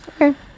okay